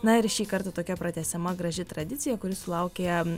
na ir šį kartą tokia pratęsiama graži tradicija kuri sulaukė